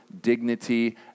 dignity